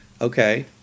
okay